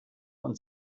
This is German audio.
und